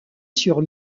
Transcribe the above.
sur